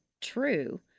true